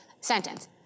sentence